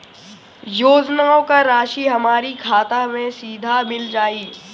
योजनाओं का राशि हमारी खाता मे सीधा मिल जाई?